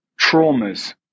traumas